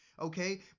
okay